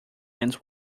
ends